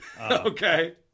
Okay